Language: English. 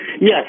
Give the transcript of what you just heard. Yes